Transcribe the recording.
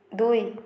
ଦୁଇ